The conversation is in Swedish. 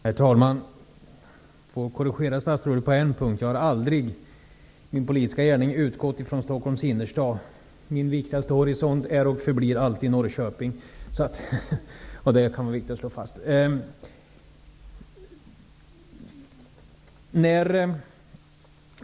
Herr talman! Jag får korrigera statsrådet på en punkt. Jag har aldrig i min politiska gärning utgått från Stockholms innerstad. Min horisont i riksdagen är och förblir alltid Norrköping. Det kan vara viktigt att slå fast.